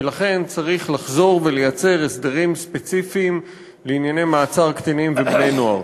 ולכן צריך לחזור ולייצר הסדרים ספציפיים לענייני מעצר קטינים ובני-נוער.